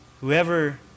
Whoever